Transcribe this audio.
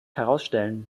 herausstellen